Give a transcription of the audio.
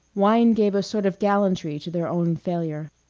wine gave a sort of gallantry to their own failure.